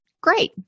great